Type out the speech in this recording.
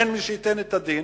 אין מי שייתן את הדין,